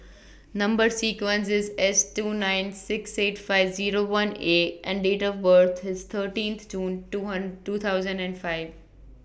Number sequence IS S two nine six eight five Zero one A and Date of birth IS thirteenth June two two thousand and five